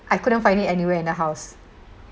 I couldn't find it anywhere in the house